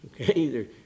Okay